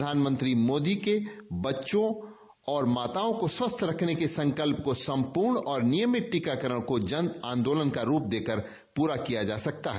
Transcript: प्रधानमंत्री मोदी के बच्चों और माताओ को स्वस्थ्य रखने के संकल्प को सम्पूर्ण और नियमित टीकाकरण को जन आंदोलन का रूप देकर प्ररा किया जा सकता है